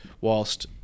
whilst